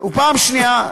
ופעם שנייה,